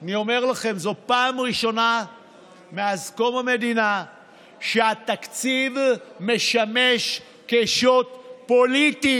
אני אומר לכם: זאת פעם ראשונה מאז קום המדינה שהתקציב משמש כשוט פוליטי